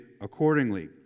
accordingly